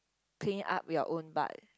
clean up your own butt